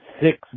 six